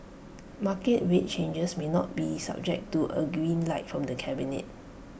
market rate changes may not be subject to A green light from the cabinet